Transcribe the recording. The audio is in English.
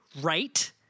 right